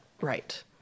right